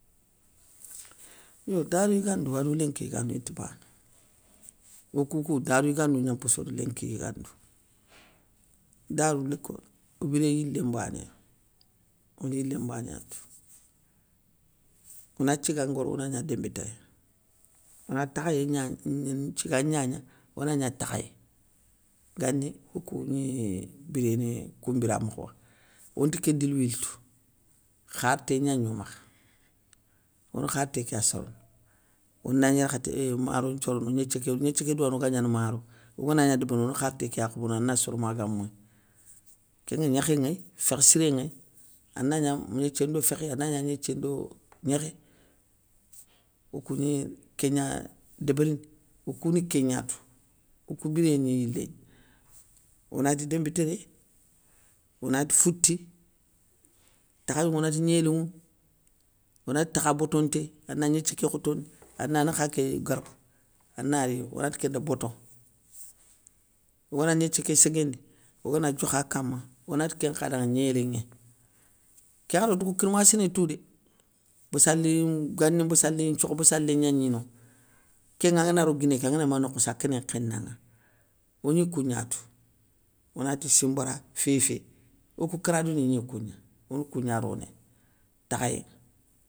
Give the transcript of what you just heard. Yo darou yigandou ado lénki yigandou inta bana, okou kou darou yigandou gna mposso da lénki yigandou. Darou nda ko o biré yilé mbanéyani, one yilé mbané yatou. Ona tiga ngoro ona gna démba téré, ona takhayé gnagn thiga gnagna, ona gna takhayé. Gani, okou gni biréné koun mbiramokho wa. Onte ké diliwil tou kharté, gnagno makha, ona kharté ké ya sorono, ondagni yarkhaté éeehh maro nthiorno. gnéthié ké gnéthié ké douwane oga gnana maro oganagna débérini ona kharté ké ya khobono ana soro maga moyi, kénŋa gnékhé nŋéy fékh siré nŋéy, ana gna gnéthié ndo fékhé, ana gna gnéthié ndo gnékhé. Okou gni kégna débérini, okou ni kén gna tou, okou biréyé ni yilé gna, onati démbi téré, onati ti fouti takhayouŋa onati gnélounŋou, onati takha botonté, ana gnéthié ké khotondi, ana nakha ké garba, anaréy onati kén nda boto, ogana gnéthié ké séguéndi, ogana diokha kama, onati kénkha danŋa gnélénŋé. Kén ŋwakhati okounte kou kirmassi ni tou dé, bassali gani mbassali nthiokhe bassalé gnagni no kénŋa angana ro guiné ké angana gni ma nokhoussou a kéné nkhénanŋa, ogni kougna tou, onati simbara fifé, okou karadou ni gni koungna, one kougna ronéy takhayé.